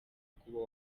kuba